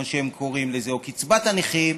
מה שהם קוראים לזה, או קצבת הנכים,